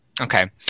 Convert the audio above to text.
Okay